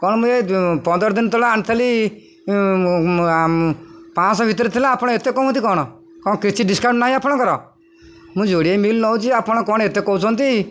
କ'ଣ ମୁଁ ଏ ପନ୍ଦର ଦିନ ତଳେ ଆଣିଥିଲି ପାଞ୍ଚଶହ ଭିତରେ ଥିଲା ଆପଣ ଏତେ କହୁଛନ୍ତି କ'ଣ କ'ଣ କିଛି ଡିସକାଉଣ୍ଟ ନାହିଁ ଆପଣଙ୍କର ମୁଁ ଯୋଡ଼ିଏ ମିଲ୍ ନଉଛି ଆପଣ କ'ଣ ଏତେ କହୁଛନ୍ତି